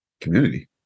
community